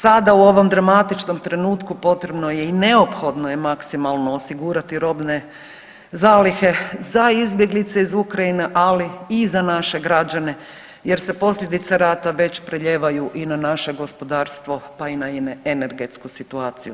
Sada u ovom dramatičnom trenutku potrebno je i neophodno je maksimalno osigurati robne zalihe za izbjeglice iz Ukrajine, ali i za naše građane jer se posljedice rata već preljevaju i na naše gospodarstvo, pa i na energetsku situaciju.